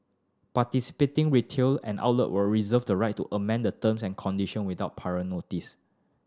participating retail and outlet will reserve the right to amend the terms and condition without prior notice